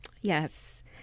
yes